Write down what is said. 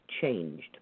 changed